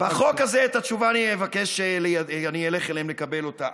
את התשובה, אני אלך אליהם לקבל אותה.